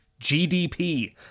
GDP